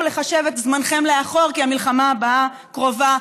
לחשב את זמנכם לאחור כי המלחמה הבאה קרובה,